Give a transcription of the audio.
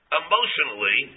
emotionally